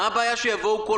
מה הבעיה שיבואו כל חודש?